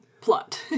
plot